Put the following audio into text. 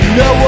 no